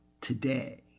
today